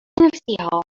نفسها